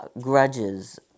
grudges